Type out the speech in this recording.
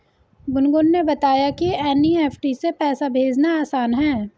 गुनगुन ने बताया कि एन.ई.एफ़.टी से पैसा भेजना आसान है